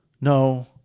No